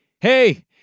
hey